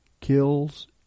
Kills